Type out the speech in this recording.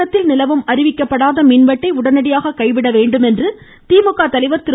தமிழகத்தில் நிலவும் அறிவிக்கப்படாத மின்வெட்டை உடனடியாக கைவிட வேண்டும் என்று திமுக தலைவர் திரு